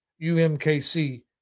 UMKC